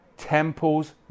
temples